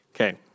Okay